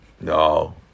No